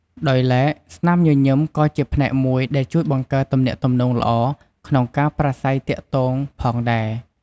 ដោយឡែក ស្នាមញញឹមក៏ជាផ្នែកមួយដែលជួយបង្កើតទំនាក់ទំនងល្អក្នុងការប្រាស្រ័យទាក់ទងផងដែរ។